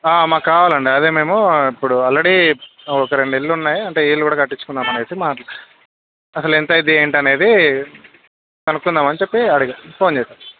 మాకు కావాలండి అదే మేము ఇప్పుడు ఆల్రెడీ ఒక రెండు ఇళ్లు ఉన్నాయి అంటే ఈ ఇల్లు కూడా కట్టించుకుందాం అని అసలు ఎంత అవుతుంది ఏమిటి అనేది కనుక్కుందాము అని చెప్పి అడిగా ఫోన్ చేశాను